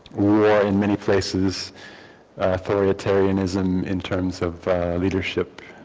war in many places authoritarianism in terms of leadership.